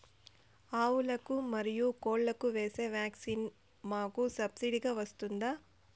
ఆవులకు, మరియు కోళ్లకు వేసే వ్యాక్సిన్ మాకు సబ్సిడి గా వస్తుందా?